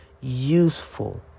useful